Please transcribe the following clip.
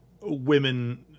women